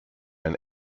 ein